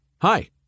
hi